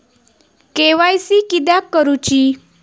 KYC किदयाक करूची?